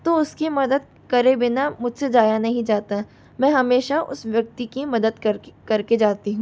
तो उसकी मदत करे बिना मुझसे जाया नहीं जाता मै हमेशा उस व्यक्ति कि मदद करके करके जाती हूँ